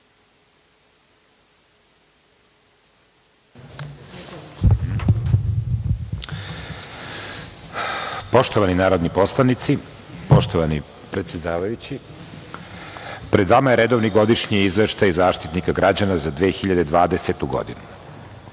lepo. Poštovani narodni poslanici, poštovani predsedavajući, pred vama je Redovni godišnji izveštaj Zaštitnika građana za 2020. godinu.